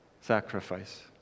sacrifice